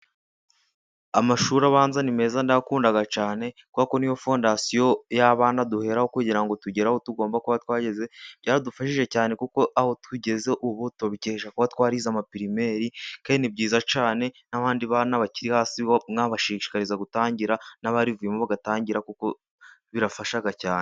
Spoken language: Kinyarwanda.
Amashuri abanza nimeza ndayakunda cyane kuko niyo fondasiyo y'abana duheraho kugira ngo tugere aho tugomba kuba twageze. Byaradufashije cyane kuko aho tugeze ubu tubikeshaje kuba twariza muri purimeri kandi ni byiza cyane, abandi bana bakiri hasi mwabashishikariza gutangira, n'abarivuyemo batangira kuko birafasha cyane.